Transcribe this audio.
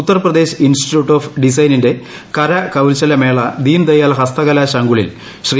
Uttar Pradesh institute of ഡിസൈനിന്റെ കല കരകൌശല മേള ദീൻ ദയാൽ ഹസ്തകലാ ശങ്കുളിൽ ശ്രീ